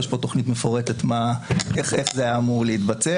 יש פה תוכנית מפורטת איך זה היה אמור להתבצע.